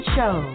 Show